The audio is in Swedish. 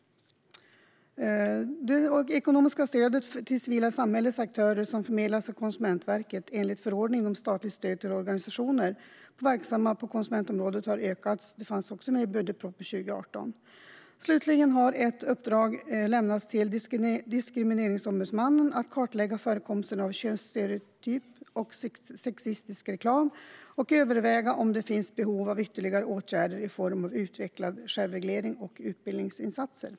Det ekonomiska stöd till det civila samhällets aktörer som förmedlas av Konsumentverket enligt förordningen om statligt stöd till organisationer verksamma på konsumentområdet har ökats. Det finns också med i budgetpropositionen för 2018. Slutligen har ett uppdrag har lämnats till Diskrimineringsombudsmannen att kartlägga förekomsten av könsstereotyp och sexistisk reklam och överväga om det finns behov av ytterligare åtgärder i form av utvecklad självreglering och utbildningsinsatser.